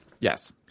Yes